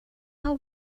how